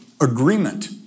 agreement